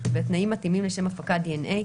בתנאים מתאימים לשם הפקת דנ"א,